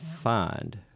find